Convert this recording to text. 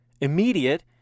immediate